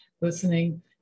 listening